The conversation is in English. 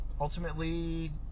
Ultimately